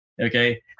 Okay